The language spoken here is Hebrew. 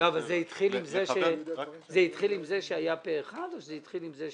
זה התחיל עם זה שהיה פה אחד או שזה התחיל עם ויכוח?